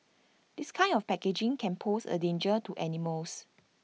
this kind of packaging can pose A danger to animals